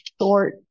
short